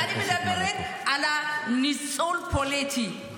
אני מדברת על הניצול הפוליטי.